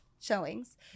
showings